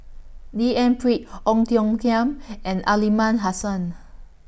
D N Pritt Ong Tiong Khiam and Aliman Hassan